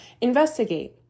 investigate